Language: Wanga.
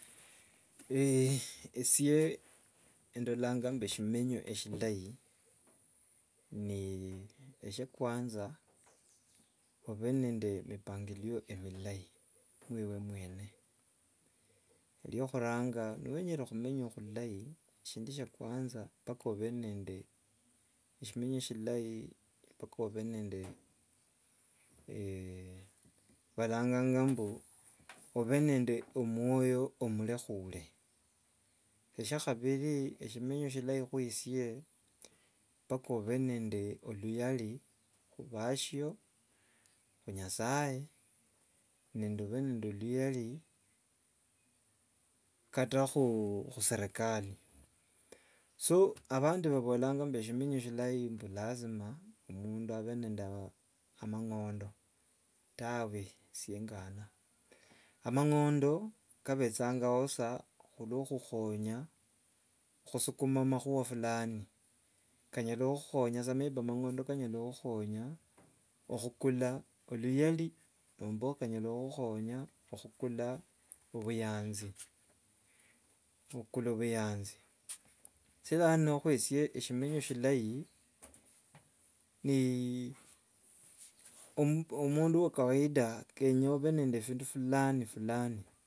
esye endolanga mbu esimenyo eshilayi ni esha- kwanza obe nende mipangilio emilayi. Rhiokhuranga niwenyere khumenyi khulayi, shindu shya kwanza mpaka obe nende shimenyi shilayi mpaka obe nende balanganga mbu obe nende omwoyo omurehule eshakhabiri, eshimenyi shilayi khueyusia mpaka obe nende oluyari mubashyio, hu- nyasaye nende obe nende oluyari kata khuserikali. So abandi bhabolanga mbu eshimenyi shilayi mbu lazima mundu obe nende amang'ondo, tawe esie- ngana. Amang'ondo kabechanga- o sa khulokhonya khusukuma makhuwa fulani, kenyala okhukhonya sa maybe kanyala okhukhonya okhula obuyanzi, okhukula obuyanzi. Sichera lano hwese eshimenyi shilayi ni omundu wa kawaida kenya obe nende bindu fulani fulani.